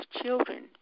children